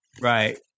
Right